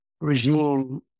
regime